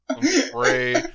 spray